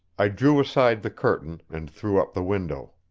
i drew aside the curtain, and threw up the window.